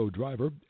driver